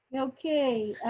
okay,